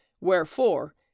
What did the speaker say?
wherefore